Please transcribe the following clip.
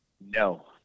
No